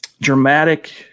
dramatic